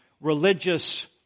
religious